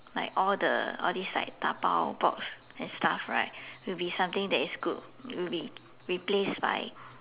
like all the all these like dabao box and stuff right will be something that is good will be replaced by